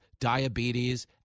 diabetes